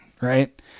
right